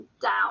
down